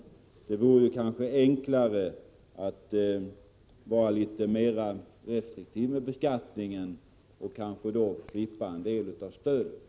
Det vore kanske enklare att vara litet mera restriktiv med beskattningen och då kanske slippa ge en del av stödet.